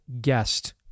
guest